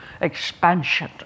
expansion